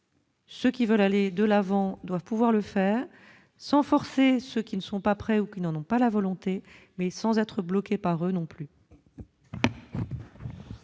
Ceux qui veulent aller de l'avant, doivent pouvoir le faire sans forcer ceux qui ne sont pas prêts ou qui n'en ont pas la volonté, mais sans être bloqués par eux non plus.